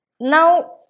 Now